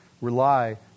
rely